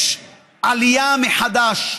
יש עלייה מחדש.